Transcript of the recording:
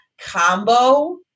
combo